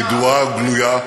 היא ידועה וגלויה,